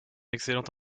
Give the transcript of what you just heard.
excellent